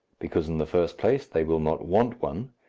because in the first place they will not want one,